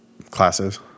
Classes